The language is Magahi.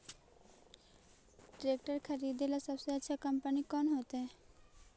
ट्रैक्टर खरीदेला सबसे अच्छा कंपनी कौन होतई?